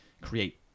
create